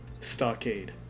stockade